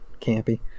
campy